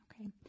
Okay